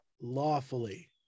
lawfully